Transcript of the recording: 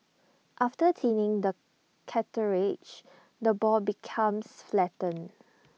after thinning the cartilage the ball becomes flattened